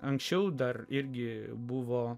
anksčiau dar irgi buvo